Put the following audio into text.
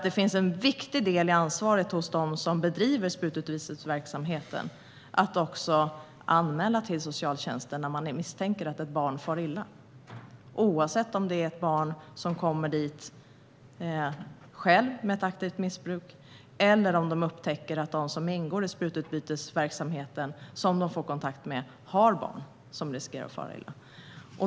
En viktig del i ansvaret hos dem som bedriver sprututbytesverksamhet är att också anmäla till socialtjänsten när man misstänker att ett barn far illa, oavsett om barnet självt kommer dit med ett aktivt missbruk eller om man upptäcker att någon som man får kontakt med genom sprututbytesverksamheten har barn som riskerar att fara illa.